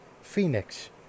Phoenix